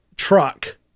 Truck